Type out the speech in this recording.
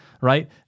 right